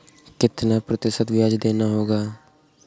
कितना प्रतिशत ब्याज देना होगा?